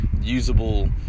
usable